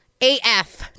AF